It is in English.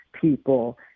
people